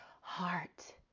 heart